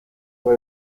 por